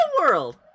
world